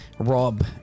Rob